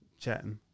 chatting